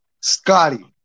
Scotty